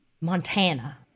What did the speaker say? Montana